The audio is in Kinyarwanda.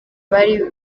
bari